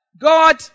God